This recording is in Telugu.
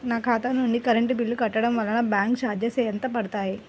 నా ఖాతా నుండి కరెంట్ బిల్ కట్టడం వలన బ్యాంకు చార్జెస్ ఎంత పడతాయా?